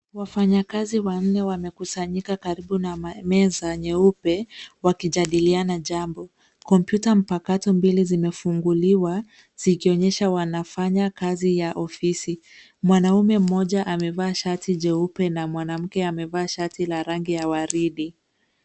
Wafanyakazi wanne wamekusanyika karibu na meza nyeupe wakijadiliana jambo. Kompyuta mpakato mbili zimefunguliwa zikionyesha wanafanya kazi ya ofisi. Mwanaume mmoja amevaa shati jeupe na mwanamke amevaa shati la rangi ya waridi.